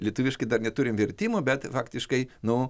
lietuviškai dar neturim vertimo bet faktiškai nu